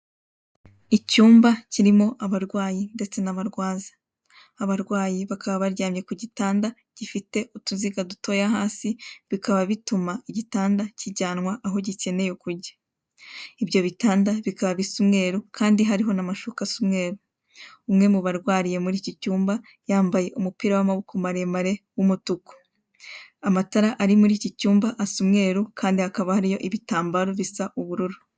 Icyuma kirimo abarwayi ndetse n'abarwaza, Abarwayi bakaba baryamye ku gitanda gifite utuziga dutoya hasi bikatuma igitanda kijyanwa aho gikeneye kujya. Ibyo bitanda bikaba bisa umeru kandi hariho amashuka asa umweru, umwe mubarwariye yambeye umupira w'amaboko maremare w'umutuku, amatara ari muri ikicyumba asa umweru kandi hakaba hariyo ibitambaro bisa ubururu.